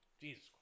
Jesus